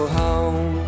home